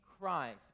Christ